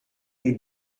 nous